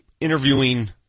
interviewing